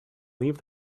leave